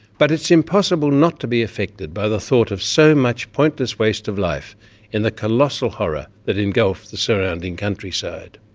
but it's impossible not to be affected by the thought of so much pointless waste of life in the colossal horror that engulfed the surrounding countryside.